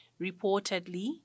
reportedly